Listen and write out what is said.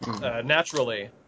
naturally